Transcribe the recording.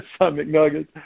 McNuggets